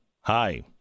Hi